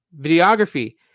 videography